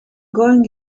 going